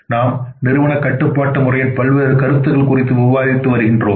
நாம் நிறுவன கட்டுப்பாட்டு முறையின் பல்வேறு கருத்துகள் குறித்து விவாதித்து வருகிறோம்